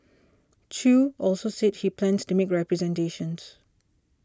Chew also said he plans to make representations